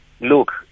look